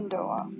Doa